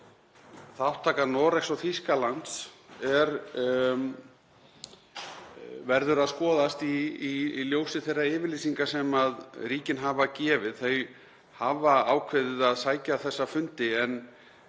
þátttaka Noregs og Þýskalands verður að skoðast í ljósi þeirra yfirlýsinga sem ríkin hafa gefið. Þau hafa ákveðið að sækja þessa fundi en